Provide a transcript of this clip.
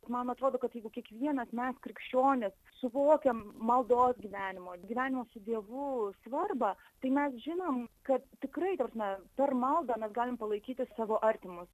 man atrodo kad jeigu kiekvienas net krikščionis suvokia maldos gyvenimo gyvenimo su dievu svarbą tai mes žinom kad tikrai ta prasme per maldą mes galim palaikyti savo artimus